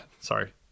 sorry